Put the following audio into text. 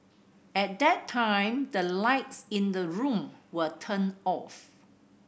at that time the lights in the room were turned off